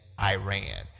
Iran